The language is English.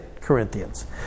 Corinthians